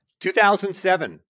2007